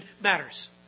matters